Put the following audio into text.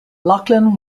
laughlin